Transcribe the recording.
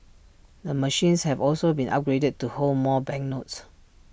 the machines have also been upgraded to hold more banknotes